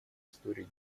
истории